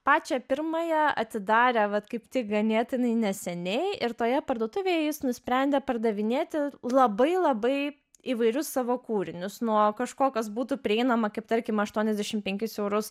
pačią pirmąją atidarę vat kaip tik ganėtinai neseniai ir toje parduotuvėje jis nusprendė pardavinėti labai labai įvairius savo kūrinius nuo kažko kas būtų prieinama kaip tarkim aštuoniasdešim penkis eurus